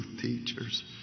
teachers